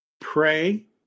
pray